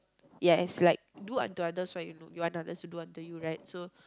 yes like do unto others what you want others to do unto you right so